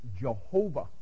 Jehovah